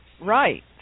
right